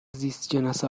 زیستشناس